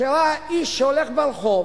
שראה איש שהולך ברחוב